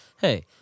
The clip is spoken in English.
hey